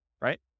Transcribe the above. right